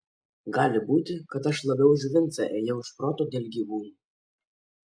gali būti kad aš labiau už vincą ėjau iš proto dėl gyvūnų